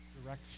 direction